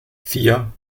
vier